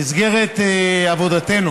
במסגרת עבודתנו